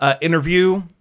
interview